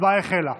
ההצבעה החלה.